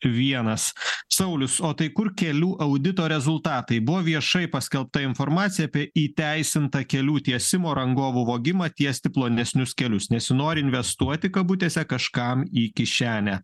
vienas saulius o tai kur kelių audito rezultatai buvo viešai paskelbta informacija apie įteisintą kelių tiesimo rangovų vogimą tiesti plonesnius kelius nesinori investuoti kabutėse kažkam į kišenę